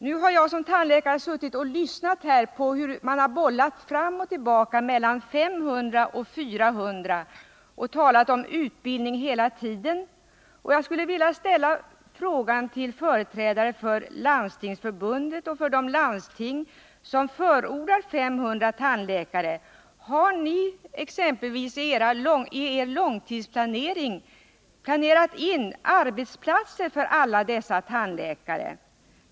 Nu har jag som tandläkare suttit och lyssnat här till hur det har bollats fram och tillbaka mellan 500 och 400 och hur man hela tiden har talat om utbildning. Jag skulle vilja ställa frågan till företrädare för Landstingsförbundet och för de landsting som förordar 500 tandläkare: Har ni exempelvis i er långtidsplanering planerat in arbetsplatser för alla dessa tandläkare?